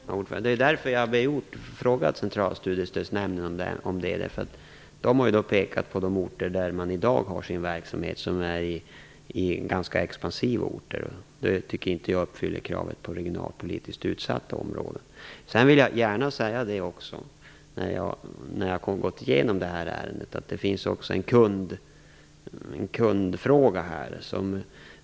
Fru talman! Det är därför vi har frågat Centrala studiestödsnämnden om det är så. Man har pekat på de orter där man i dag har sin verksamhet, vilket är ganska expansiva orter. Det tycker inte jag uppfyller kravet på regionalpolitiskt utsatta områden. Jag vill också gärna säga, eftersom jag har gått igenom det här ärendet, att det också finns en kundfråga här.